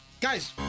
guys